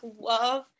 love